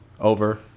over